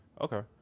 Okay